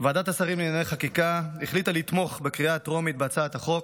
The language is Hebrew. ועדת השרים לענייני חקיקה החליטה לתמוך בקריאה הטרומית בהצעת החוק